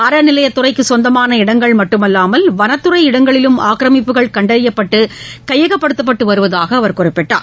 அறநிலையத்துறைக்கு சொந்தமான இடங்கள் மட்டுமல்லாமல் வனத்துறை இடங்களிலும் ஆக்கரமிப்புகள் கண்டறியப்பட்டு கையகப்படுத்தப்பட்டு வருவதாக அவர் கூறினார்